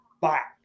back